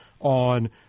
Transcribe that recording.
on